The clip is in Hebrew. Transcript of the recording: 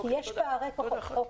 יש פערי כוחות.